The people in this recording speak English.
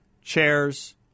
chairs